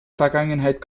vergangenheit